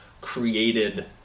created